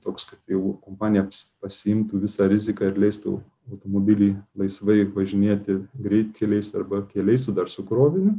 toks kad jeigu kompanijoms pasiimtų visą riziką ir leistų automobilį laisvai važinėti greitkeliais arba keliai su dar su kroviniu